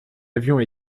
avions